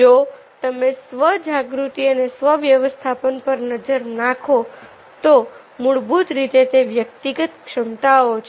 જો તમે સ્વ જાગૃતિ અને સ્વ વ્યવસ્થાપન પર નજર નાખો તો મૂળભૂત રીતે તે વ્યક્તિગત ક્ષમતાઓ છે